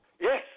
Yes